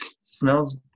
smells